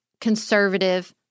conservative